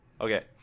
Okay